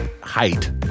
height